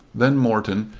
then morton,